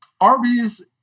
Arby's